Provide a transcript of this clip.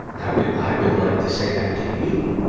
i would, i would like to say that to you.